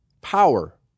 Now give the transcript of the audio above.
Power